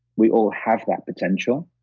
we all have that potential.